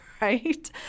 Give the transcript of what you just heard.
Right